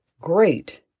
great